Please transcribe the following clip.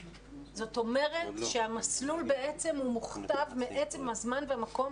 זאת אומרת שהמסלול מוכתב מעצם הזמן והמקום